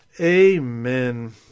Amen